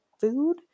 food